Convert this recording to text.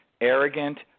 arrogant